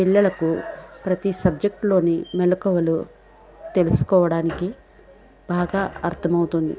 పిల్లలకు ప్రతి సబ్జెక్ట్లోని మెలుకువలు తెలుసుకోవడానికి బాగా అర్థమవుతుంది